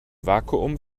vakuum